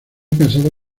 casado